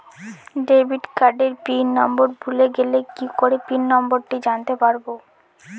Debit কার্ডের pin number ভুলে গেলে কি করে পিন নম্বরটি জানতে পারবো?